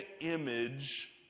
image